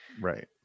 right